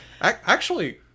Actually-